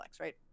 right